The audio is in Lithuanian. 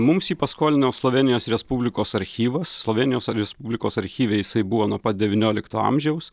mums jį paskolino slovėnijos respublikos archyvas slovėnijos respublikos archyve jisai buvo nuo pat devyniolikto amžiaus